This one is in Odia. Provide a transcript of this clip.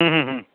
ହଁ ହଁ